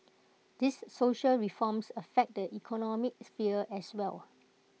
these social reforms affect the economic sphere as well